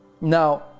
now